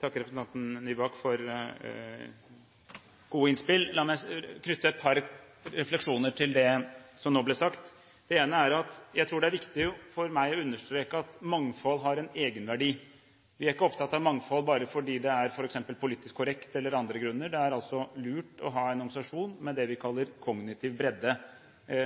representanten Nybakk for gode innspill. La meg knytte et par refleksjoner til det som nå ble sagt. Det ene er at jeg tror det er viktig for meg å understreke at mangfold har en egenverdi. Vi er ikke opptatt av mangfold bare fordi det f.eks. er politisk korrekt eller av andre grunner. Det er lurt å ha en organisasjon med det vi kaller kognitiv bredde.